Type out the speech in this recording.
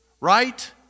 Right